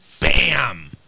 Bam